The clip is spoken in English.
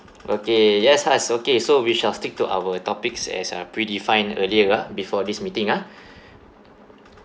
okay yes has okay so we shall stick to our topics as a predefined earlier ah before this meeting ah